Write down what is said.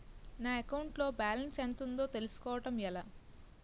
నా అకౌంట్ లో బాలన్స్ ఎంత ఉందో తెలుసుకోవటం ఎలా?